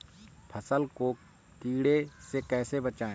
फसल को कीड़े से कैसे बचाएँ?